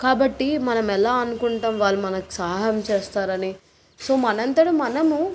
కాబట్టి మనం ఎలా అనుకుంటాం వాళ్ళు మనకు సహాయం చేస్తారని సో మనంతట మనము